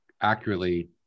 accurately